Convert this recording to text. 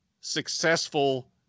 successful